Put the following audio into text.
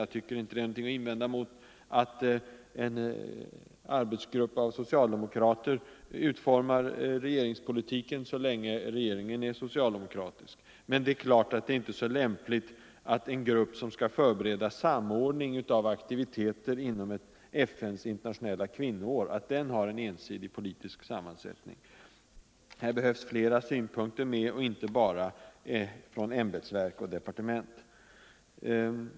Jag tycker att man kan acceptera att en arbetsgrupp av socialdemokrater utformar regeringspolitiken, så länge regeringen är socialdemokratisk. Men det är inte så lämpligt att en grupp som skall förbereda samordning av aktiviteter inom FN:s internationella kvinnoår har en ensidig politisk sammansättning. Här behövs flera synpunkter, och inte bara från ämbetsverk och departement.